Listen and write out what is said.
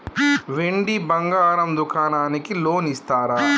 వెండి బంగారం దుకాణానికి లోన్ ఇస్తారా?